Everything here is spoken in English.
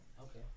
Okay